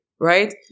Right